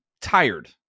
tired